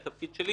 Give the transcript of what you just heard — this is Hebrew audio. התפקיד שלי,